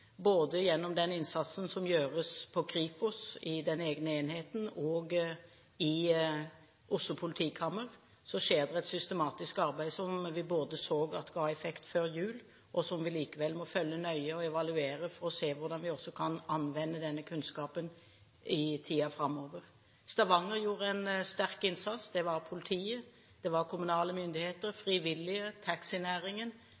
Både gjennom den innsatsen som gjøres hos Kripos, i den egne enheten, og i Oslo politidistrikt, skjer det et systematisk arbeid som vi både så ga effekt før jul, og som vi likevel må følge nøye og evaluere for å se hvordan vi kan anvende denne kunnskapen i tiden framover. Stavanger gjorde en sterk innsats. Det var politiet, det var kommunale myndigheter,